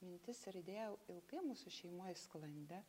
mintis ir idėja ilgai mūsų šeimoj sklandė